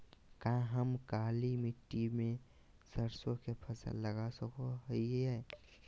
का हम काली मिट्टी में सरसों के फसल लगा सको हीयय?